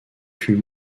fut